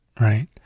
right